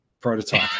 prototype